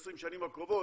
עשרים השנים הקרובות,